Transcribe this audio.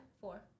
four